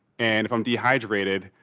and if i'm dehydrated,